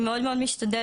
אני מאוד מאוד משתדלת,